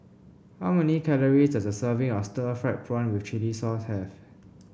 how many calories does a serving of Stir Fried Prawn with Chili Sauce have